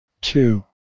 two